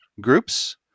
groups